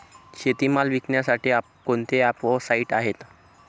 शेतीमाल विकण्यासाठी कोणते ॲप व साईट आहेत?